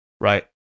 right